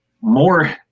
more